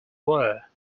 were